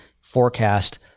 forecast